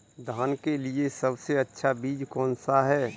धान के लिए सबसे अच्छा बीज कौन सा है?